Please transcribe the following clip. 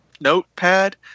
notepad